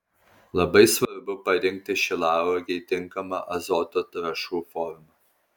labai svarbu parinkti šilauogei tinkamą azoto trąšų formą